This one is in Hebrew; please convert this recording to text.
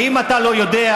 ואם אתה לא יודע,